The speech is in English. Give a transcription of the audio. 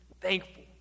thankful